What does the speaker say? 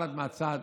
רע"מ.